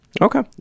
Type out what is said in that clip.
Okay